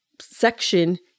section